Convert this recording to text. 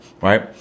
right